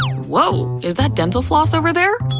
ah woah, is that dental floss over there?